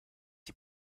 die